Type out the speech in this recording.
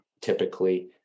typically